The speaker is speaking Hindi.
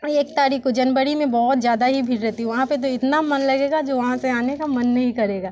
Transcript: एक तारीख को जनबरी में बहुत ज़्यादा ही भीड़ रहती वहाँ पे तो इतनी मन लगेगा जो वहाँ से आने का मन नहीं करेगा